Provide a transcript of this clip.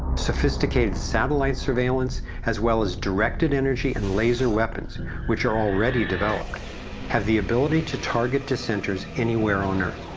sophisticated satellite surveillance, as well as directed energy and laser weapons which are already developed have the ability to target dissenters anywhere on earth.